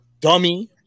Dummy